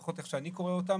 לפחות איך שאני קורא אותן,